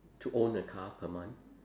to own a car per month